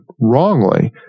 wrongly